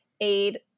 aid